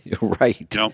Right